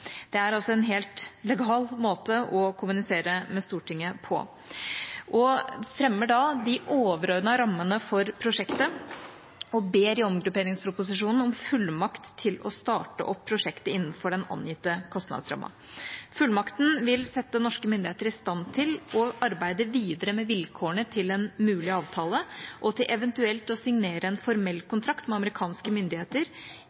det er altså en helt legal måte å kommunisere med Stortinget på. I omgrupperingsproposisjonen fremmer regjeringa de overordnede rammene for prosjektet og ber om fullmakt til å starte opp prosjektet innenfor den angitte kostnadsrammen. Fullmakten vil sette norske myndigheter i stand til å arbeide videre med vilkårene i en mulig avtale og til eventuelt å signere en formell